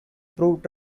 prove